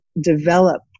develop